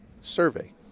survey